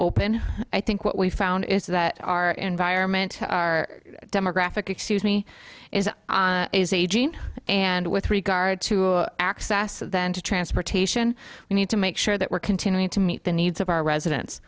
open i think what we found is that our environment our demographic excuse me is a is a gene and with regard to access to transportation we need to make sure that we're continuing to meet the needs of our residents